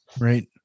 Right